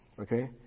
Okay